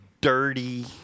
dirty